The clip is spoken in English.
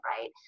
right